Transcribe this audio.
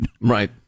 Right